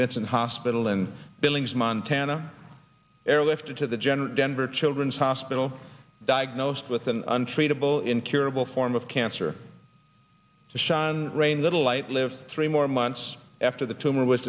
vincent hospital in billings montana airlifted to the general denver children's hospital diagnosed with an untreatable incurable form of cancer to shine rain little light live three more months after the tumor was